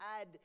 add